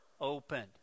opened